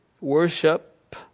Worship